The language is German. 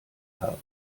habe